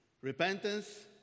Repentance